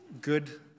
good